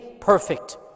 perfect